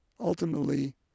ultimately